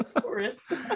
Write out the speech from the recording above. tourists